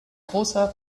großer